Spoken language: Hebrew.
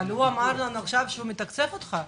אבל הוא אמר לנו עכשיו שהוא מתקצב אותך.